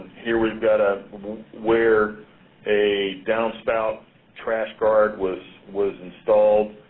here we've got ah where a downspout trash guard was was installed.